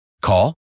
call